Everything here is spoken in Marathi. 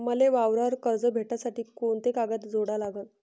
मले वावरावर कर्ज भेटासाठी कोंते कागद जोडा लागन?